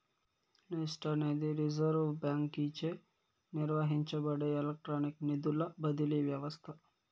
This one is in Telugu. నెస్ట్ అనేది రిజర్వ్ బాంకీచే నిర్వహించబడే ఎలక్ట్రానిక్ నిధుల బదిలీ వ్యవస్త